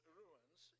ruins